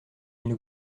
nous